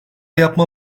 yapma